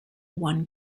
one